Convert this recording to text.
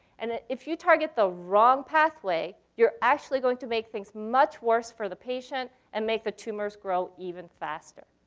and if you target the wrong pathway, you're actually going to make things much worse for the patient and make the tumors grow even faster.